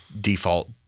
default